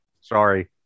Sorry